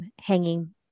hanging